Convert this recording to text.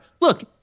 Look